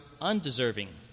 undeserving